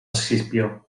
escipió